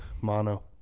mono